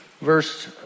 verse